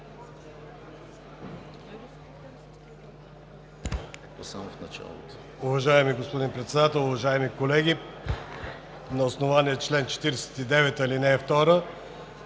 Уважаеми господин Председател, уважаеми колеги! На основание чл. 49, ал. 2